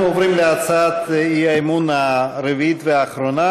עוברים להצעת האי-אמון הרביעית והאחרונה.